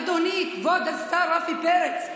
אדוני כבוד השר רפי פרץ,